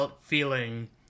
feeling